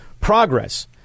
progress